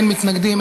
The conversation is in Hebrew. אין מתנגדים,